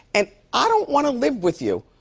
and i don't want to live with you.